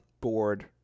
board